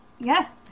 Yes